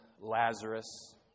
Lazarus